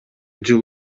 жыл